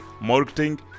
marketing